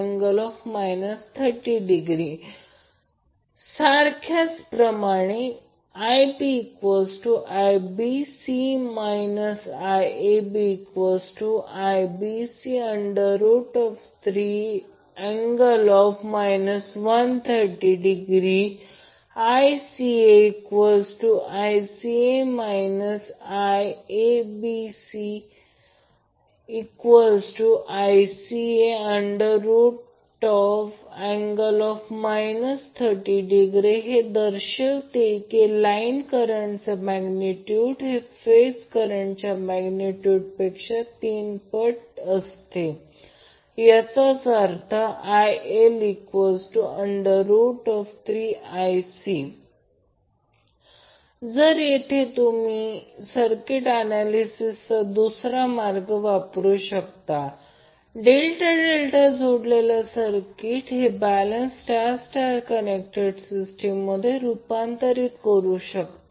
866IAB3∠ 30° सारख्याच प्रमाणे IbIBC IABIBC3∠ 30° IcICA IBCICA3∠ 30° हे असे दर्शवते की लाईन करंटचे मॅग्नेट्यूड हे फेज करंट मॅग्नेट्यूडपेक्षा 3 पट असते याचाच अर्थ IL3Ip येथे सुद्धा तुम्ही सर्किट ऍनॅलिसिससाठी दुसरा मार्ग वापर करू शकता डेल्टा डेल्टा जोडलेले सर्किट हे बॅलेन्स स्टार स्टार कनेक्टेड सर्किटमध्ये रूपांतर करू शकता